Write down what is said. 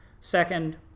Second